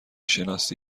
شناسی